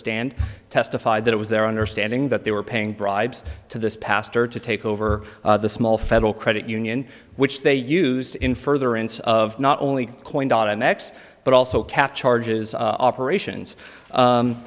stand testified that it was their understanding that they were paying bribes to this pastor to take over the small federal credit union which they used in furtherance of not only coin daughter next but also cap charges operations